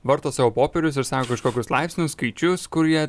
varto savo popierius ir sako kažkokius laipsnius skaičius kurie